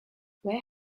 where